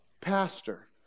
pastor